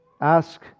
ask